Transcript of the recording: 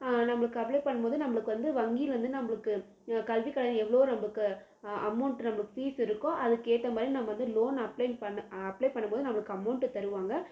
நம்மளுக்கு அப்ளை பண்ணும்போது நம்மளுக்கு வந்து வங்கி வந்து நம்மளுக்கு கல்வி கடன் எவ்வளோ நமக்கு அமௌண்ட் நமக்கு ஃபீஸ் இருக்கோ அதுக்கேற்ற மாதிரி நம்ம வந்து லோன் அப்ளை பண்ண அப்ளை பண்ணும்போது நம்மளுக்கு அமௌண்ட்டு தருவாங்க